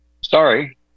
Sorry